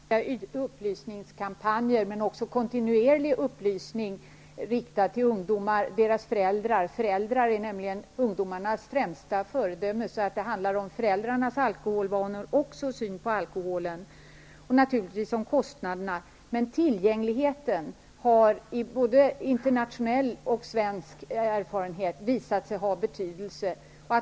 Herr talman! Vi är överens om att det behövs kraftiga upplysningskampanjer, men det behövs också kontinuerlig upplysning riktad till ungdomar och deras föräldrar. Föräldrar är nämligen ungdomarnas främsta föredömen. Det handlar därför också om föräldrarnas alkoholvanor och deras syn på alkoholen. Naturligtvis handlar det också om kostnaderna, men tillgängligheten har i både internationella och svenska studier visat sig ha betydelse.